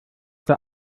der